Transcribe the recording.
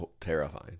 terrifying